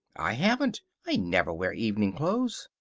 i haven't. i never wear evening clothes.